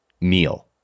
meal